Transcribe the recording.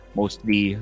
mostly